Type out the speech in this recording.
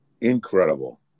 Incredible